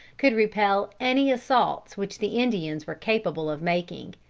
could repel any assaults which the indians were capable of making.